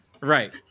right